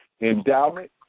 endowment